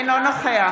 אינו נוכח